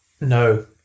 No